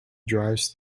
drives